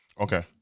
Okay